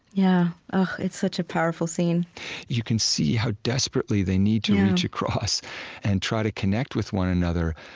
yeah it's such a powerful scene you can see how desperately they need to reach across and try to connect with one another.